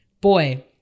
Boy